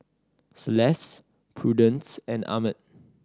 Celeste Prudence and Ahmed